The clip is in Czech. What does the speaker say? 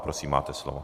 Prosím, máte slovo.